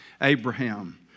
Abraham